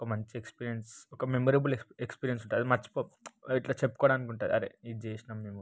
ఒక మంచి ఎక్స్పీరియన్స్ ఒక మెమరబుల్ ఎక్స్ ఎక్స్పీరియన్స్ ఉంటుంది అది మర్చిపోం ఇట్ల చెప్పుకోవడానికి ఉంటుంది అదే ఇది చేసినాము మేము